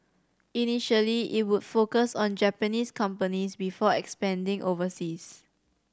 initially it would focus on Japanese companies before expanding overseas